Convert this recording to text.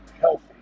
healthy